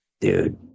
dude